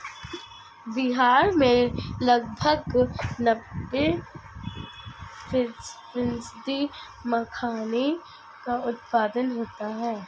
बिहार में लगभग नब्बे फ़ीसदी मखाने का उत्पादन होता है